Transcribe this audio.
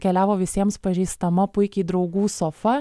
keliavo visiems pažįstama puikiai draugų sofa